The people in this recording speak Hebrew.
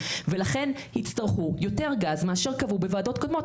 לכן יצטרכו יותר גז מאשר קבעו בוועדות קודמות.